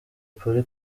polly